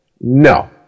No